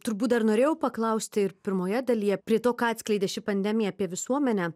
turbūt dar norėjau paklausti ir pirmoje dalyje prie to ką atskleidė ši pandemija apie visuomenę